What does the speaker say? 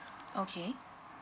okay